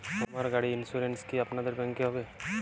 আমার গাড়ির ইন্সুরেন্স কি আপনাদের ব্যাংক এ হবে?